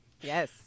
yes